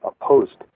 opposed